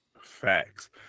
Facts